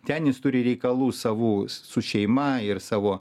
ten jis turi reikalų savų su šeima ir savo